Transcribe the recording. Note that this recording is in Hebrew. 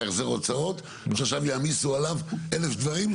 החזר הוצאות שעכשיו יעמיסו עליו אלף דברים,